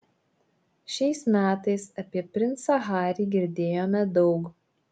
šiais metais apie princą harį girdėjome daug